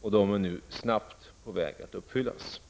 och de är nu snabbt på väg att tillgodoses.